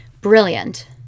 Brilliant